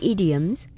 Idioms